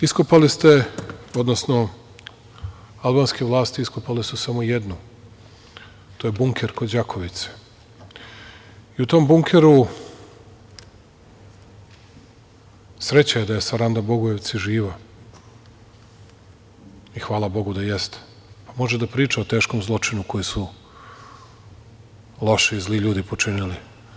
Iskopali ste, odnosno albanske vlasti iskopale su samo jednu, to je bunker kod Đakovice i u tom bunkeru, sreća je da je Saranda Bogojevci živa, i hvala Bogu da jeste, pa može da priča o teškom zločinu koji su loši i zli ljudi počinili.